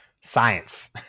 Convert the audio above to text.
Science